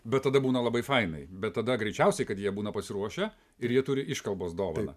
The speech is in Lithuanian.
bet tada būna labai fainai bet tada greičiausiai kad jie būna pasiruošę ir jie turi iškalbos dovaną